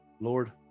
Lord